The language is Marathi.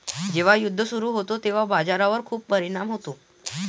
जेव्हा युद्ध सुरू होते तेव्हा बाजारावर खूप परिणाम होतो